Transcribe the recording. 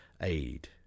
aid